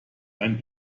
ein